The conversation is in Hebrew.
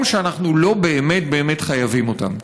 שבו אנחנו לא באמת באמת חייבים אותם.